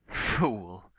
fool!